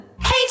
Hey